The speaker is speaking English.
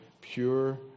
pure